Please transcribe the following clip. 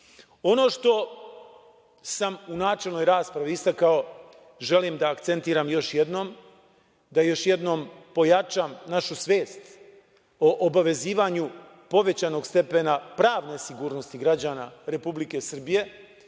što sam u načelnoj raspravi istakao želim da akcentiram još jednom, da još jednom pojačam našu svest o obavezivanju povećanog stepena pravne sigurnosti građana Republike Srbije